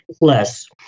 less